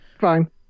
fine